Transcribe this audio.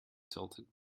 tilted